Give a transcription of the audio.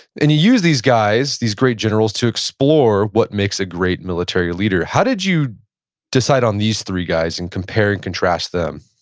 and you use these guys, these great generals, to explore what makes a great military leader. how did you decide on these three guys and compare and contrast them?